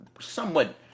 somewhat